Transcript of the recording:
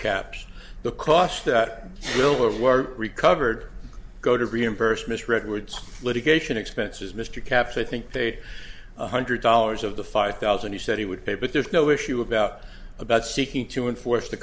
capps the costs that will or were recovered go to reimburse miss redwood's litigation expenses mr capps i think they one hundred dollars of the five thousand he said he would pay but there's no issue about about seeking to enforce t